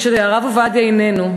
כשהרב עובדיה איננו,